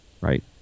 Right